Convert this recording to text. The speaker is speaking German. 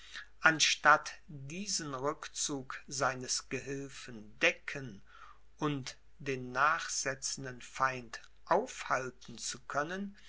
anstatt diesen rückzug seines gehilfen decken und den nachsetzenden feind aufhalten zu können